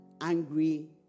angry